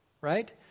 right